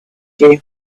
you